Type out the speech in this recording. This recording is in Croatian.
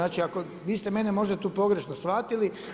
Znači, vi ste mene možda tu pogrešno shvatili.